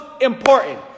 important